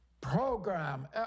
program